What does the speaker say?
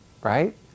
right